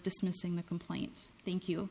dismissing the complaint thank you